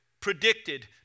predicted